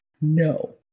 no